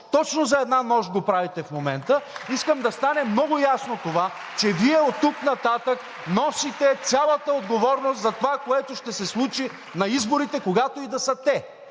Точно за една нощ го правите в момента. (Ръкопляскания от ГЕРБ-СДС.) Искам да стане много ясно това, че Вие оттук нататък носите цялата отговорност за това, което ще се случи на изборите, когато и да са те.